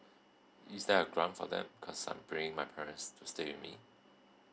is there a grant for them cause I'm bringing my parents to stay with me